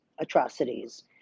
atrocities